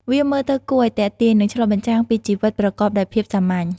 វាមើលទៅគួរឱ្យទាក់ទាញ និងឆ្លុះបញ្ចាំងពីជីវិតប្រកបដោយភាពសាមញ្ញ។